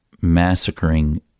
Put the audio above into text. massacring